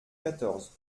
quatorze